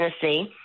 Tennessee